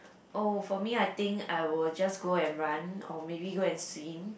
oh for me I think I will just go and run or maybe go and swim